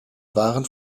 waren